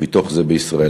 מתוך זה בישראל.